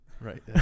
Right